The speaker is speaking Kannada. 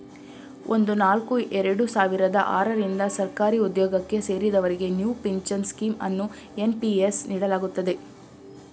ಒಂದು ನಾಲ್ಕು ಎರಡು ಸಾವಿರದ ಆರ ರಿಂದ ಸರ್ಕಾರಿಉದ್ಯೋಗಕ್ಕೆ ಸೇರಿದವರಿಗೆ ನ್ಯೂ ಪಿಂಚನ್ ಸ್ಕೀಂ ಅನ್ನು ಎನ್.ಪಿ.ಎಸ್ ನೀಡಲಾಗುತ್ತದೆ